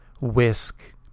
whisk